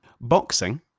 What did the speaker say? Boxing